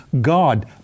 God